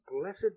blessed